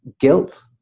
guilt